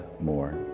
more